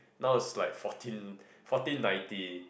now it's like fourteen fourteen ninety